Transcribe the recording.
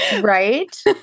Right